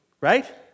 right